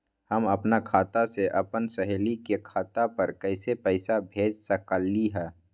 हम अपना खाता से अपन सहेली के खाता पर कइसे पैसा भेज सकली ह?